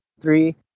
three